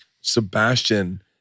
Sebastian